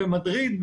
במדריד,